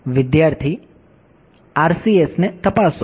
વિદ્યાર્થી RCSને તપાસો